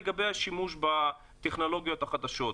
לגבי השימוש בטכנולוגיות החדשות.